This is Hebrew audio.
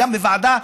גם בוועדה,